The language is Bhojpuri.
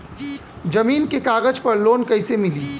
जमीन के कागज पर लोन कइसे मिली?